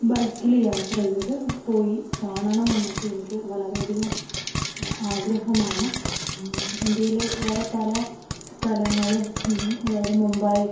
ബൈക്കില് യാത്ര ചെയ്ത് പോയി കാണണമെന്നൊക്കെ എനിക്ക് വളരെയധികം ആഗ്രഹമാണ് ഇന്ത്യയിലെ വേറെ പല സ്ഥലങ്ങളും അതായത് മുംബൈ